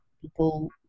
people